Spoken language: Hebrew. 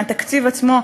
מהתקציב עצמו,